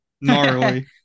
Gnarly